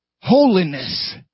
Holiness